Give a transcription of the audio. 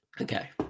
Okay